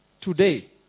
Today